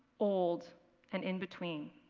old and in between.